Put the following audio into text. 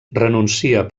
renuncia